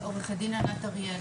עו"ד ענת אריאל.